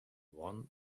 one